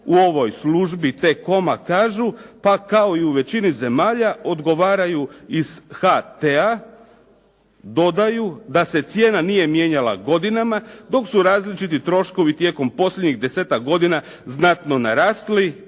u ovoj službi T-com-a kažu, pa kao i u većini zemalja odgovaraju iz HT-a dodaju da se cijena nije mijenjala godinama, dok su različiti troškovi tijekom posljednjih 10-ak godina znatno narasli